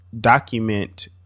document